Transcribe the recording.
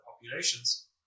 populations